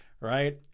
right